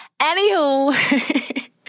Anywho